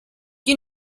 you